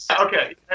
Okay